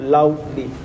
Loudly